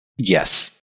Yes